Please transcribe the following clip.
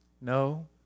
no